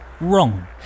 wrong